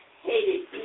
hated